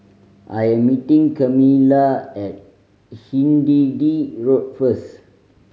I am meeting Camila at Hindhede Road first